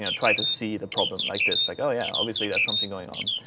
and try to see the problem like this. like oh yeah, obviously that's something going on.